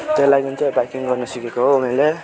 त्यही लागि चाहिँ बाइकिङ गर्नु सिकेको हो मैले